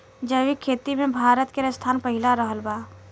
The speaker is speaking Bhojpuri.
जैविक खेती मे भारत के स्थान पहिला रहल बा